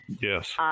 yes